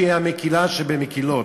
שהיא המקִלה שבמקִלות.